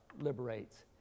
liberates